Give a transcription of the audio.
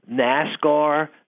NASCAR